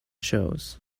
shows